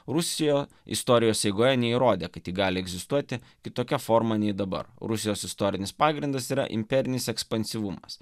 rusijo istorijos eigoje neįrodė kad ji gali egzistuoti kitokia forma nei dabar rusijos istorinis pagrindas yra imperinis ekspansyvumas